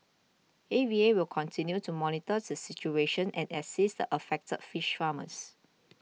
A V A will continue to monitor the situation and assist the affected fish farmers